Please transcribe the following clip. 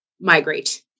migrate